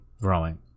growing